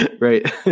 Right